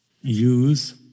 use